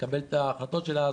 לקבל את ההחלטות שלה,